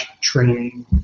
training